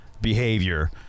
behavior